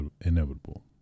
inevitable